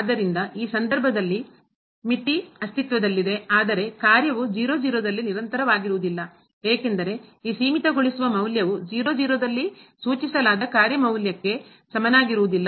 ಆದ್ದರಿಂದ ಈ ಸಂದರ್ಭದಲ್ಲಿ ಮಿತಿ ಅಸ್ತಿತ್ವದಲ್ಲಿದೆ ಆದರೆ ಕಾರ್ಯವು ದಲ್ಲಿ ನಿರಂತರವಾಗಿರುವುದಿಲ್ಲ ಏಕೆಂದರೆ ಈ ಸೀಮಿತಗೊಳಿಸುವ ಮೌಲ್ಯವು ದಲ್ಲಿ ಸೂಚಿಸಲಾದ ಕಾರ್ಯ ಮೌಲ್ಯಕ್ಕೆ ಸಮನಾಗಿರುವುದಿಲ್ಲ